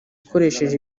ikoresheje